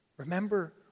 Remember